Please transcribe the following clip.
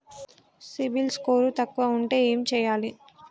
CIBIL score తక్కువ ఉంటే ఏం చేయాలి?